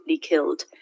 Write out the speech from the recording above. killed